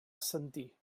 assentir